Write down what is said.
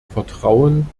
vertrauen